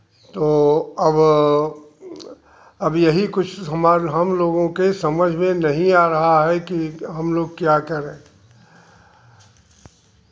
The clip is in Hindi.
तो अब अब यही कुछ हम लोगों के समझ में नहीं आ रहा है कि हम लोग क्या करें